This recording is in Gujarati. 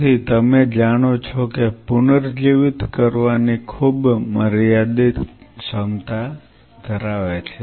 તેથી તમે જાણો છો કે તે પુનર્જીવિત કરવાની ખૂબ મર્યાદિત ક્ષમતા ધરાવે છે